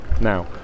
Now